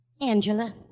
Angela